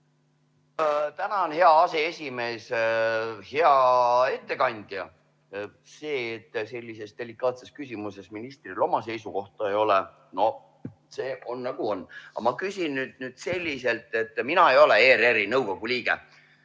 Tänan, hea aseesimees! Hea ettekandja! See, et sellises delikaatses küsimuses ministril oma seisukohta ei ole – noh, sellega on, nagu on. Aga ma küsin nüüd selliselt. Mina ei ole ERR-i nõukogu liige.